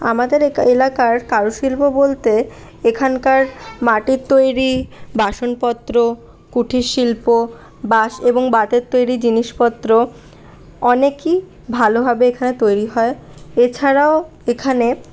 আমাদের এলাকার কারুশিল্প বলতে এখানকার মাটির তৈরি বাসনপত্র কুটির শিল্প বাঁশ এবং বাতের তৈরি জিনিসপত্র অনেকই ভালোভাবে এখানে তৈরি হয় এছাড়াও এখানে